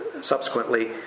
subsequently